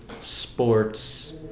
sports